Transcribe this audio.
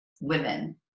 women